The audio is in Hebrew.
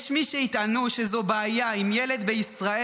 יש מי שיטענו שזו בעיה אם ילד בישראל